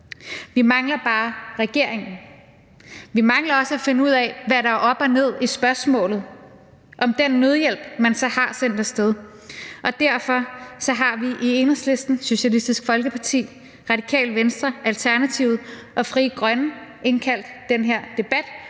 Vi mangler bare regeringen. Vi mangler også at finde ud af, hvad der er op og ned i spørgsmålet om den nødhjælp, man så har sendt af sted. Derfor har vi i Enhedslisten, Socialistisk Folkeparti, Radikale Venstre, Alternativet og Frie Grønne indkaldt til den her debat,